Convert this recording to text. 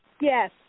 Yes